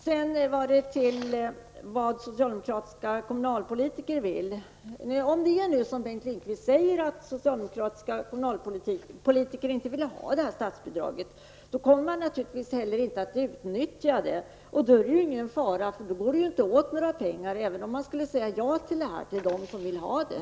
Om det är på det sättet som Bengt Lindqvist säger, att socialdemokratiska kommunpolitiker inte vill ha detta statsbidrag, kommer de naturligtvis inte heller att utnyttja det. Och då är det ju ingen fara, eftersom det då inte går åt några pengar, även om man skulle säga ja till detta till dem som vill ha det.